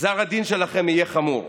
גזר הדין שלכם יהיה חמור.